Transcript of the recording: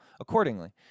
accordingly